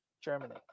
Germany